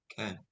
Okay